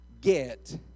get